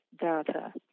data